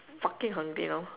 fucking hungry now